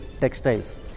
textiles